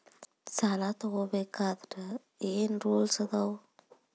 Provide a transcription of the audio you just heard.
ಸಾಲ ತಗೋ ಬೇಕಾದ್ರೆ ಏನ್ ರೂಲ್ಸ್ ಅದಾವ?